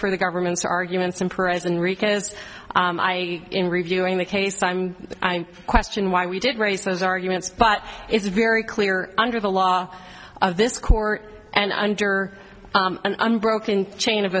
for the government's arguments imprisoned rica's i in reviewing the case time i question why we did raise those arguments but it's very clear under the law of this court and under an unbroken chain of